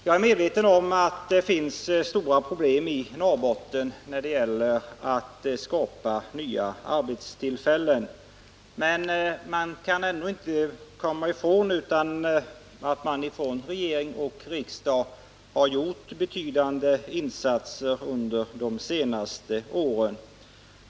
Jag är medveten om att det finns stora problem i Norrbotten när det gäller att skapa nya arbetstillfällen. Men man kan ändå inte komma ifrån att regering och riksdag har gjort betydande insatser under de senaste åren.